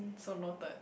so noted